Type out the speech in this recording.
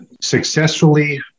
successfully